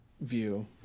view